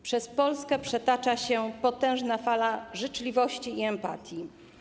Przez Polskę przetacza się potężna fala życzliwości i empatii.